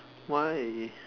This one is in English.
why